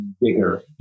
bigger